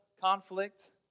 conflict